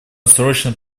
срочно